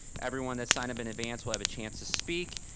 everyone that signed up in advance will have a chance to speak.